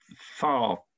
far